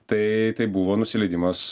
tai tai buvo nusileidimas